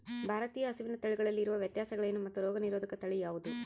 ಭಾರತೇಯ ಹಸುವಿನ ತಳಿಗಳಲ್ಲಿ ಇರುವ ವ್ಯತ್ಯಾಸಗಳೇನು ಮತ್ತು ರೋಗನಿರೋಧಕ ತಳಿ ಯಾವುದು?